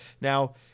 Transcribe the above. Now